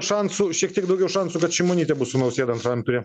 šansų šiek tiek daugiau šansų kad šimonytė bus su nausėda antram ture